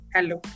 Hello